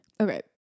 Okay